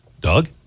Doug